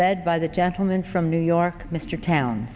led by the gentleman from new york mr town